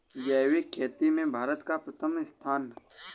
जैविक खेती में भारत का प्रथम स्थान